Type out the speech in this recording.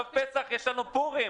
לפני פסח יש את פורים.